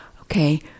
okay